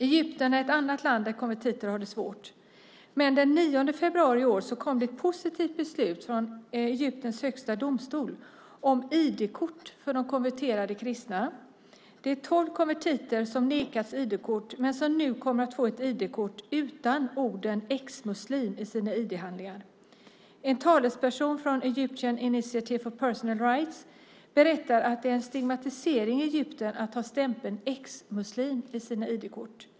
Egypten är ett annat land där konvertiter har det svårt, men den 9 februari i år kom det ett positivt beslut från Egyptens högsta domstol om ID-kort för de konverterade kristna. Det är tolv konvertiter som nekats ID-kort men som nu kommer att få ett ID-kort utan ordet "ex-muslim". En talesperson från Egyptian Initiative for Personal Rights berättar att det innebär en stigmatisering i Egypten att ha stämpeln "ex-muslim" i sina ID-kort.